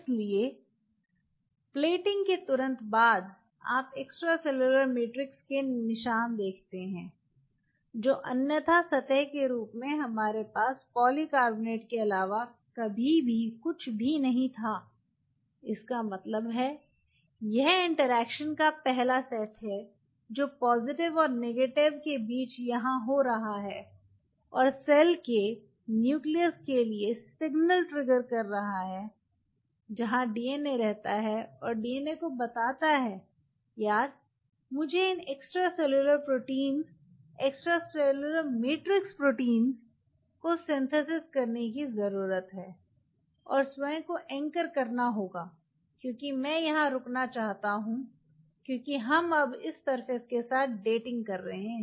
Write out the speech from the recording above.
इसलिए प्लेटिंग के तुरंत बाद आप एक्स्ट्रासेलुलर मैट्रिक्स के निशान देखते हैं जो अन्यथा सतह के रूप में हमारे पास पॉलीकार्बोनेट के अलावा कभी भी कुछ भी नहीं था इसका मतलब है यह इंटरेक्शन का पहला सेट है जो पॉजिटिव और नेगेटिव के बीच यहां हो रहा है और सेल के न्यूक्लियस के लिए सिग्नल ट्रिगर करता है जहां डीएनए रहता है और डीएनए को बताता है यार मुझे इन extracellular protein extracellular matrix protein को सिंथेसिस करने की जरूरत है और स्वयं को एंकर करना होगा क्योंकि मैं यहां रुकना चाहता हूं क्योंकि हम अब इस सरफेस के साथ डेटिंग कर रहे हैं